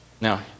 Now